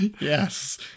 Yes